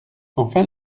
enfin